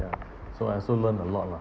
ya so I also learn a lot lah